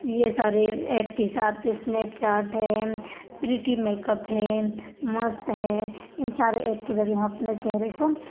یہ سارے ایپ کے حساب سے اسنیپ چاٹ ہے پریٹی میک اپ ہے مست ہے ان سارے ایپ کے ذریعے ہم اپنے چہرے کو